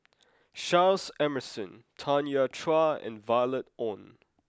Charles Emmerson Tanya Chua and Violet Oon